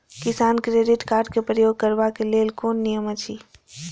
किसान credit card क प्रयोग करबाक लेल कोन नियम अछि?